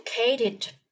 educated